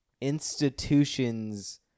institutions